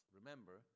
remember